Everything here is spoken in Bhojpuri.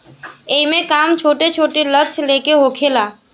एईमे काम छोट छोट लक्ष्य ले के होखेला